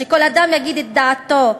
שכל אדם יגיד את דעתו.